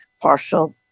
partial